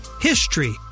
HISTORY